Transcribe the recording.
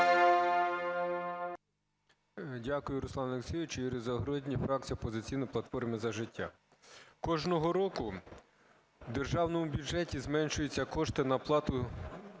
Дякую, Руслане Олексійовичу. Юрій Загородній, фракція "Опозиційна платформа – За життя". Кожного року в державному бюджеті зменшуються кошти на оплату